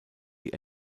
die